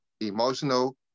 emotional